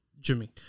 Jimmy